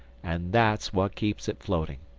and that's what keeps it floating.